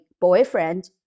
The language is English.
boyfriend